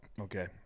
Okay